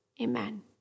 amen